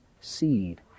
seed